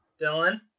Dylan